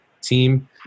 team